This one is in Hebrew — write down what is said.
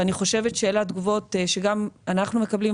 ואני חושבת שאלה התגובות שגם אנחנו מקבלים,